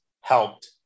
helped